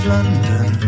London